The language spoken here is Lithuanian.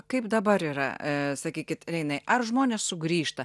kaip dabar yra sakykit reinai ar žmonės sugrįžta